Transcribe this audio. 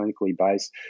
clinically-based